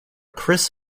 chris